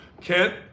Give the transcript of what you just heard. Kent